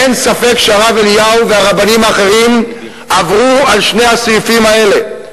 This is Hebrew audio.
אין ספק שהרב אליהו והרבנים האחרים עברו על שני הסעיפים האלה.